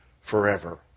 forever